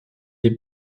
est